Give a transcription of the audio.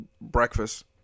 breakfast